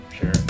Sure